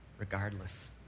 regardless